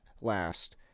last